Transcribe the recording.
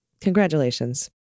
congratulations